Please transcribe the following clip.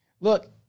Look